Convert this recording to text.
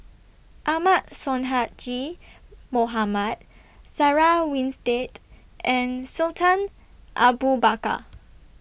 Ahmad Sonhadji Mohamad Sarah Winstedt and Sultan Abu Bakar